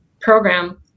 program